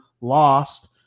lost